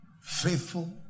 faithful